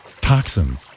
toxins